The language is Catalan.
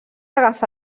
agafa